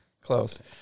close